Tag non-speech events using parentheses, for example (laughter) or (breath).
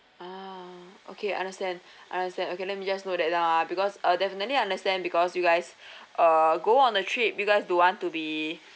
ah okay I understand I understand okay let me just note that down ah because uh definitely I understand because you guys (breath) uh go on a trip you guys don't want to be